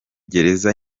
gereza